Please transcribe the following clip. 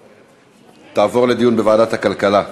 2015, לוועדת הכלכלה נתקבלה.